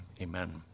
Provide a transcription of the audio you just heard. amen